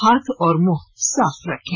हाथ और मुंह साफ रखें